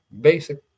basic